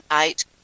eight